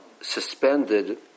suspended